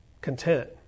content